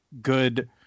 good